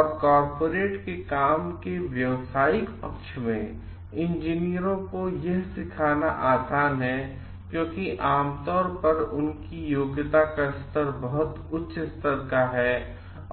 और कॉरपोरेट के काम के व्यवसाइक पक्ष में इंजीनियर को यह सिखाना आसान है क्योंकि आम तौर पर यह उनकी योग्यता का स्तर बहुत उच्च स्तर का है